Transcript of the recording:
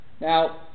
Now